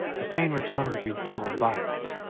the pain returned with redoubled violence,